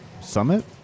summit